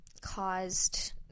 caused